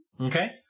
okay